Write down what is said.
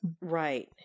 Right